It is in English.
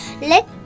Let